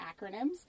acronyms